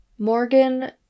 Morgan